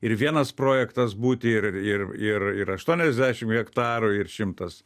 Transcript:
ir vienas projektas būti ir ir ir ir aštuoniasdešimt hektarų ir šimtas